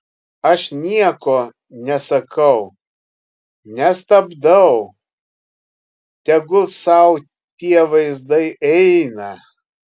aš nieko nesakau nestabdau tegul sau tie vaizdai eina